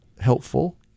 helpful